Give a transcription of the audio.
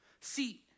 See